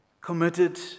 committed